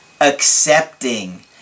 Accepting